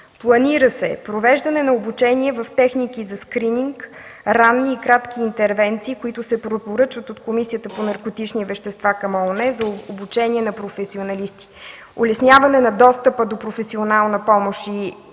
Планира се провеждане на обучение в техники за скрининг, ранни и кратки интервенции, които се препоръчват от Комисията по наркотични вещества към ООН за обучение на професионалисти, улесняване на достъпа до професионална помощ и